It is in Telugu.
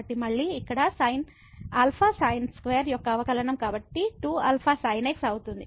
కాబట్టి మళ్ళీ ఇక్కడ α sin2 యొక్క అవకలనం కాబట్టి 2 α sin x అవుతుంది